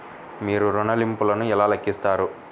మీరు ఋణ ల్లింపులను ఎలా లెక్కిస్తారు?